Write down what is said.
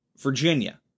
Virginia